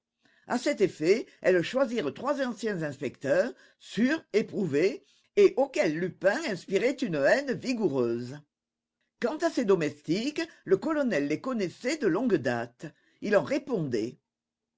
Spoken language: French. à cet effet elles choisirent trois anciens inspecteurs sûrs éprouvés et auxquels lupin inspirait une haine vigoureuse quant à ses domestiques le colonel les connaissait de longue date il en répondait